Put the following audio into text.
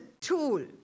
tool